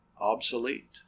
obsolete